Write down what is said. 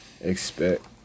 expect